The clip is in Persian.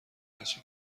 هرچی